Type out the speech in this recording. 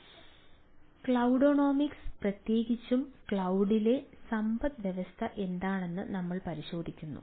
അതിനാൽ ക്ലൌഡൊണമിക്സ് പ്രത്യേകിച്ചും ക്ലൌഡിലെ സമ്പദ്വ്യവസ്ഥ എന്താണെന്ന് നമ്മൾ പരിശോധിച്ചു